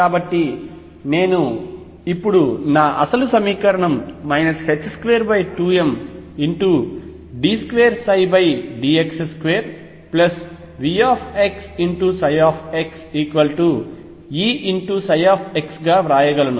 కాబట్టి నేను ఇప్పుడు నా అసలు సమీకరణం 22md2dx2VxxEψx గా వ్రాయగలను